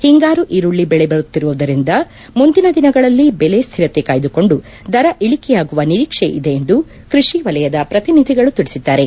ಹಿಂಗಾರು ಈರುಳ್ಳಿ ಬೆಳೆ ಬರುತ್ತಿರುವುದರಿಂದ ಮುಂದಿನ ದಿನಗಳಲ್ಲಿ ಬೆಲೆ ಸ್ಹಿರತೆ ಕಾಯ್ದುಕೊಂದು ದರ ಇಳಿಕೆಯಾಗುವ ನಿರೀಕ್ಷೆ ಇದೆ ಎಂದು ಕೃಷಿ ವಲಯದ ಪ್ರತಿನಿಧಿಗಳು ತಿಳಿಸಿದ್ದಾರೆ